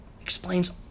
explains